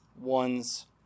one's